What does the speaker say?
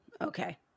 Okay